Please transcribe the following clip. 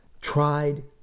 tried